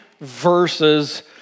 verses